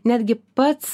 netgi pats